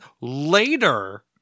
later